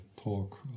talk